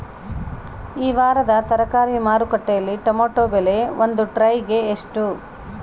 ಈ ವಾರದ ತರಕಾರಿ ಮಾರುಕಟ್ಟೆಯಲ್ಲಿ ಟೊಮೆಟೊ ಬೆಲೆ ಒಂದು ಟ್ರೈ ಗೆ ಎಷ್ಟು?